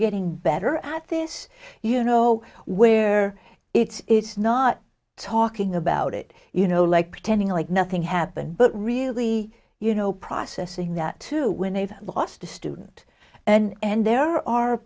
getting better at this you know where it's not talking about it you know like pretending like nothing happened but really you know processing that too when they've lost a student and there are